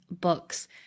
books